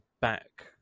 back